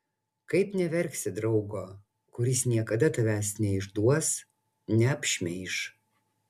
kaip neverksi draugo kuris niekada tavęs neišduos neapšmeiš